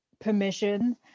permission